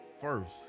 First